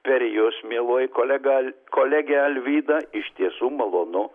per jus mieloji kolega kolege alvyda iš tiesų malonu